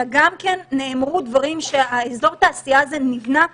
אלא גם נאמרו דברים שאזור התעשייה הזה נבנה